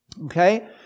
Okay